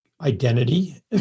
identity